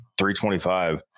325